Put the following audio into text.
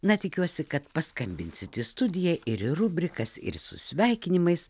na tikiuosi kad paskambinsit į studiją ir į rubrikas ir su sveikinimais